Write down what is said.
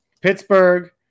Pittsburgh